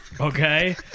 Okay